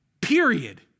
period